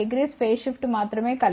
6250 phase shift మాత్రమే కలిగి ఉంటుంది